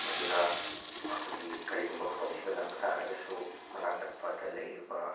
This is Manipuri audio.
ꯃꯗꯨꯅ ꯑꯩꯈꯣꯏꯒꯤ ꯀꯔꯤꯒꯨꯝꯕ ꯈꯨꯗꯣꯡ ꯊꯤꯕ ꯅꯪꯕ ꯇꯥꯔꯒꯁꯨ ꯃꯅꯥꯛ ꯅꯛꯄꯗ ꯂꯩꯔꯤꯕ